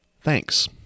Thanks